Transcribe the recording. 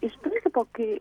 iš principo kai